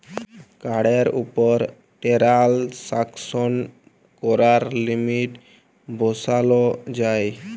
কাড়ের উপর টেরাল্সাকশন ক্যরার লিমিট বসাল যায়